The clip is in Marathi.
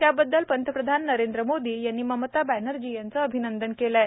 त्याबद्दल पंतप्रधाननरेंद्र मोदी यांनी ममता बॅनर्जी यांचं अभिनंदन केलं आहे